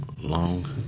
Long